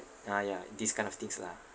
ah ya these kind of things lah